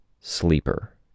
Sleeper